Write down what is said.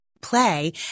play